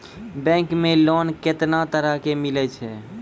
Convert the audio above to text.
Bank मे loan कैतना तरह के मिलै छै?